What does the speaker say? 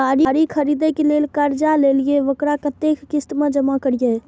गाड़ी खरदे के लेल जे कर्जा लेलिए वकरा कतेक किस्त में जमा करिए?